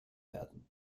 werden